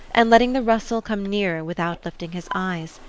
and letting the rustle come nearer without lifting his eyes.